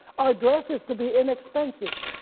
our dress is to be inexpensive,